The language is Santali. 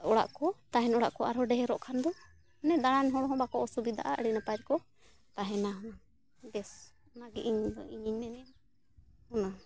ᱚᱲᱟᱜ ᱠᱚ ᱛᱟᱦᱮᱱ ᱚᱲᱟᱜ ᱠᱚ ᱟᱨᱦᱚᱸ ᱰᱷᱮᱨᱚᱜ ᱠᱷᱟᱱ ᱫᱚ ᱢᱟᱱᱮ ᱫᱟᱬᱟᱱ ᱦᱚᱲ ᱦᱚᱸ ᱵᱟᱠᱚ ᱚᱥᱩᱵᱤᱫᱟᱜᱼᱟ ᱟᱹᱰᱤ ᱱᱟᱯᱟᱭ ᱠᱚ ᱛᱟᱦᱮᱱᱟ ᱵᱮᱥ ᱚᱱᱟᱜᱮ ᱤᱧᱫᱚ ᱤᱧᱤᱧ ᱢᱮᱱᱮᱫᱼᱟ ᱚᱱᱟ